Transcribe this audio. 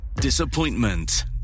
disappointment